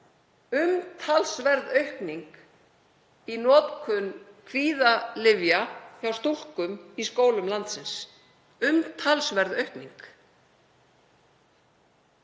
umtalsverð aukning í notkun kvíðalyfja hjá stúlkum í skólum landsins. Umtalsverð aukning.